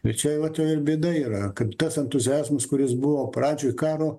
bet čia jau vat jau ir bėda yra kaip tas entuziazmas kuris buvo pradžioj karo